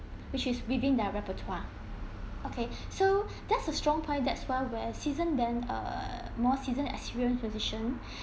which is within their repertoire okay so that's a strong point that's why we're season then err more seasoned experienced musician